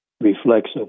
reflects